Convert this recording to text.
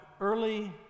early